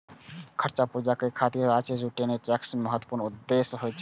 खर्च पूरा करै खातिर राजस्व जुटेनाय टैक्स के महत्वपूर्ण उद्देश्य होइ छै